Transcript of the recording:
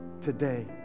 today